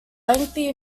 lengthy